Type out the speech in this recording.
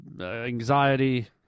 anxiety